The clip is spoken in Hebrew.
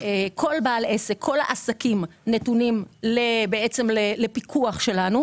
כל העסקים נתונים לפיקוח שלנו,